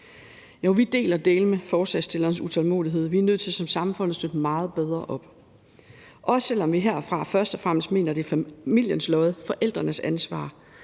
vi deler dæleme forslagsstillernes utålmodighed. Vi er nødt til som samfund at støtte meget bedre op, også selv om det efter vores mening først og fremmest er familiernes lod, forældrenes ansvar.